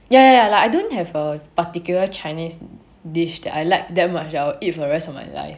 ya ya ya like I don't have a particular chinese dish that I liked that much that I'll eat for the rest of my life